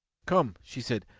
come! she said,